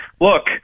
Look